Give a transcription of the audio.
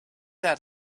add